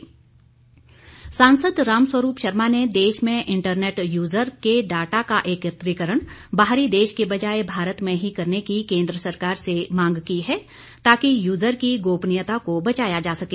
रामस्वरूप सांसद रामस्वरूप शर्मा ने देश में इंटरनेट यूजर के डाटा के एकत्रीकरण बाहरी देश के बजाय भारत में ही करने की केंद्र सरकार से मांग की है ताकि यूजर की गोपनीयता को बचाया जा सके